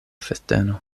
festeno